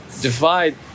divide